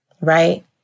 right